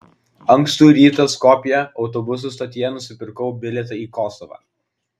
ankstų rytą skopjė autobusų stotyje nusipirkau bilietą į kosovą